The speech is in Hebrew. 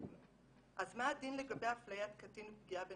אז מה הדין לגבי אפליית קטין ופגיעה בנפשו?